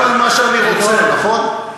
גם על מה שאני רוצה, נכון?